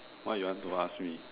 what you want to ask me